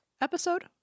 episode